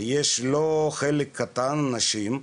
כי יש לו חלק קטן של אנשים,